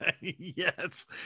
Yes